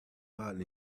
out